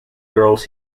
girls